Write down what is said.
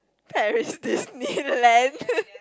Paris Disneyland